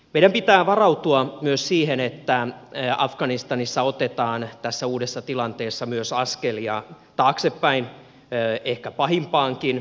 meidän pitää varautua myös siihen että afganistanissa otetaan tässä uudessa tilanteessa myös askelia taaksepäin ehkä pahimpaankin